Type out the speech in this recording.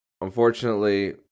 unfortunately